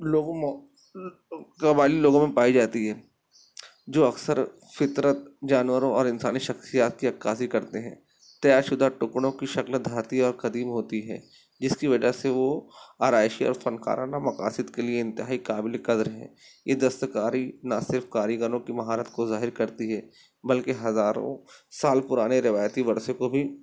لوگوں میں قبائلی لوگوں میں پائی جاتی ہے جو اکثر فطرت جانوروں اور انسانی شخصیات کی عکاسی کرتے ہیں طے شدہ ٹکڑوں کی شکل دھاتی اور قدیم ہوتی ہے جس کی وجہ سے وہ آرائشی اور فنکارانہ مقاصد کے لیے انتہائی قابل قدر ہے یہ دستکاری نہ صرف کاریگروں کی مہارت کو ظاہر کرتی ہے بلکہ ہزاروں سال پرانے روایتی ورثے کو بھی